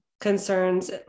concerns